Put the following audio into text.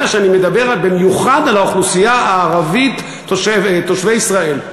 שאני מדבר במיוחד על האוכלוסייה הערבית תושבי ישראל,